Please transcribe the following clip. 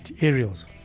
aerials